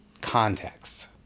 context